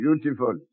Beautiful